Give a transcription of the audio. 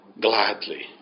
gladly